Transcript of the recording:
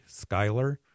Skyler